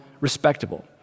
respectable